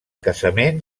casament